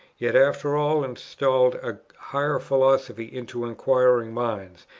yet after all installed a higher philosophy into inquiring minds,